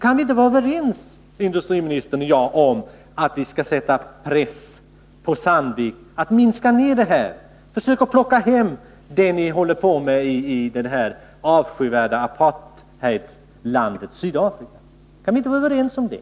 Kan inte industriministern och jag vara överens om att vi skall sätta press på Sandvik att minska denna omfattning och försöka få företaget att plocka hem det man har i det avskyvärda apartheidlandet Sydafrika? Kan vi inte vara överens om det?